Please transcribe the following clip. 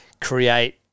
create